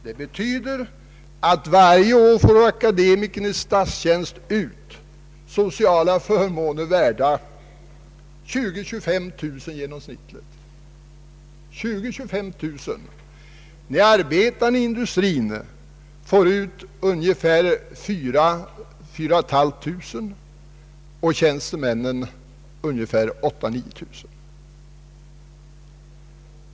Det betyder att akademikern i statstjänst varje år får ut sociala förmåner värda 20 000—25 000 kronor i genomsnitt. De arbetande i industrin får ut 4 000—24 500 kronor och tjänstemännen 8 000—39 000 kronor.